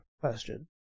question